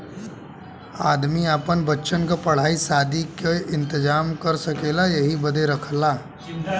आदमी आपन बच्चन क पढ़ाई सादी के इम्तेजाम कर सकेला यही बदे रखला